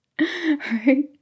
right